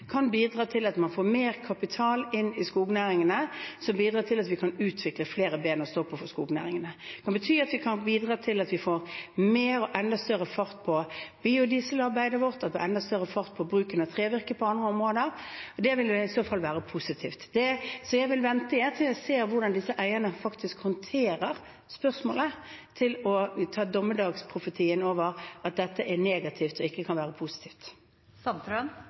i skognæringene, noe som bidrar til at vi kan utvikle flere ben å stå på for skognæringene. Det kan bety at vi kan bidra til mer og enda større fart på biodieselarbeidet vårt, og at det blir enda større fart på bruken av trevirke på andre områder. Det vil i så fall være positivt. Så jeg ville vente til jeg så hvordan disse eierne faktisk håndterer spørsmålet, med å komme med dommedagsprofetien om at dette er negativt og ikke kan være